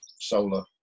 solar